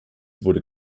wurde